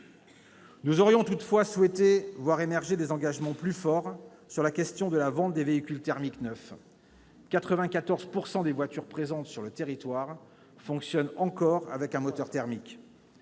Nous aurions toutefois souhaité voir émerger des engagements plus fermes en ce qui concerne la vente des véhicules thermiques neufs. Près de 94 % des voitures présentes sur le territoire fonctionnent encore avec un moteur thermique.